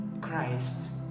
christ